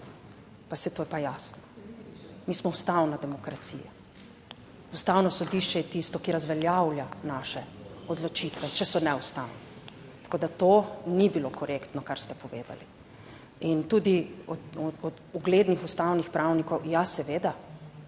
pa saj to je pa jasno. Mi smo ustavna demokracija, Ustavno sodišče je tisto, ki razveljavlja naše odločitve, če so neustavne. Tako da to ni bilo korektno, kar ste povedali. In tudi o uglednih ustavnih pravnikih, ja, seveda